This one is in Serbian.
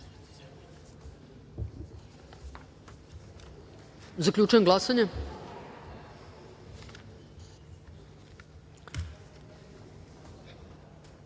DS.Zaključujem glasanje: